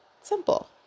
simple